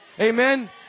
Amen